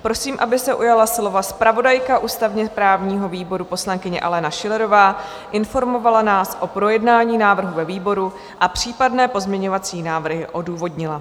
Prosím, aby se ujala slova zpravodajka ústavněprávního výboru, poslankyně Alena Schillerová, informovala nás o projednání návrhu ve výboru a případné pozměňovací návrhy odůvodnila.